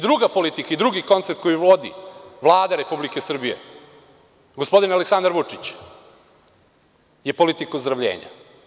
Druga politika i drugi koncept koji vodi Vlada Republike Srbije, gospodin Aleksandar Vučić, je politika ozdravljenja.